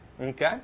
Okay